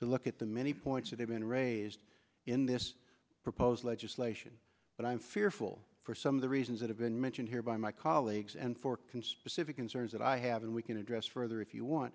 to look at the many points that have been raised in this proposed legislation but i'm fearful for some of the reasons that have been mentioned here by my colleagues and for conspecifics answers that i have and we can address further if you want